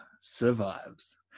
survives